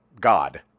God